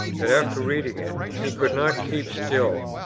that, after reading it, he could not keep still,